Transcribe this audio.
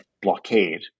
blockade